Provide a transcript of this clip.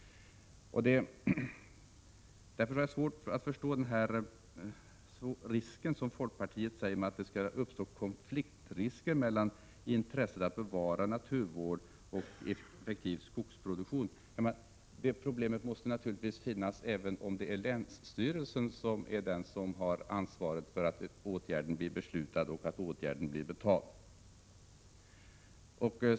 Därför har jag svårt att förstå den konfliktrisk som folkpartiet säger skall uppstå mellan intresset att bevara naturen och effektiv skogsproduktion. Det problemet måste naturligtvis finnas även om det är länsstyrelsen som har ansvaret för att åtgärden blir beslutad och betald.